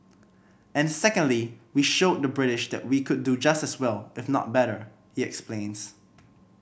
and secondly we showed the British that we could do just as well if not better he explains